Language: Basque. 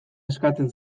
eskatzen